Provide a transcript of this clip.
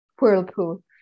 whirlpool